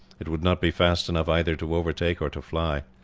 it would not be fast enough either to overtake or to fly.